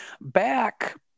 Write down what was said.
Back